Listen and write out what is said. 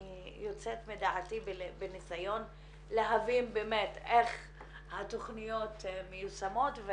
אני יוצאת מדעתי בניסיון להבין באמת איך התכניות מיושמות.